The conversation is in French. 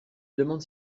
demande